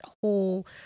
whole